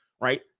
right